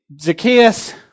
Zacchaeus